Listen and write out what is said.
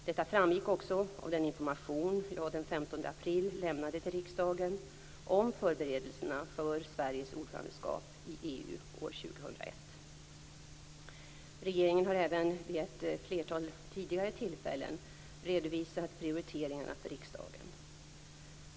Detta framgick också av den information jag den 15 april lämnade till riksdagen om förberedelserna för Sveriges ordförandeskap i EU år 2001. Regeringen har även vid ett flertal tidigare tillfällen redovisat prioriteringarna för riksdagen.